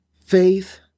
faith